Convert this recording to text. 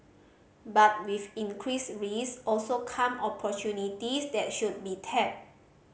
but with increased risk also come opportunities that should be tapped